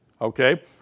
Okay